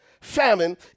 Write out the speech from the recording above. famine